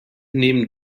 nehmen